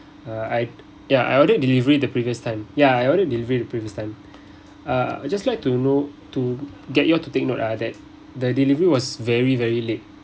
uh I ya I ordered delivery the previous time ya I ordered delivery the previous time ah I just like to know to get you all to take note ah that the delivery was very very late